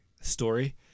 story